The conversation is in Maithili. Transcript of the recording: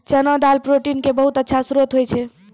चना दाल प्रोटीन के बहुत अच्छा श्रोत होय छै